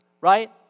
right